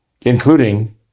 Including